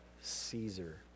Caesar